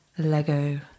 Lego